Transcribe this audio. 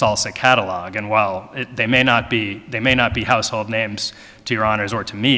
salsa catalogue and while they may not be they may not be household names to your honor's or to me